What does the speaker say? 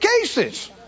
cases